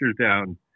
down